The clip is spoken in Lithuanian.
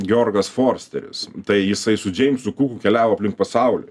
georgas forsteris tai jisai su džeimsu kuku keliavo aplink pasaulį